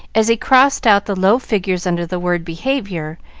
as he crossed out the low figures under the word behavior,